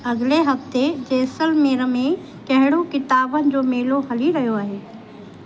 अॻिले हफ़्ते जैसलमेर में कहिड़ो क़िताबनि जो मेलो हली रहियो आहे